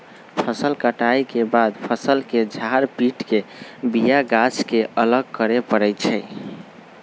फसल कटाइ के बाद फ़सल के झार पिट के बिया गाछ के अलग करे परै छइ